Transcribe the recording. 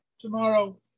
Tomorrow